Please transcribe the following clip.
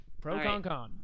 Pro-ConCon